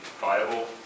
viable